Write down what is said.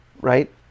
Right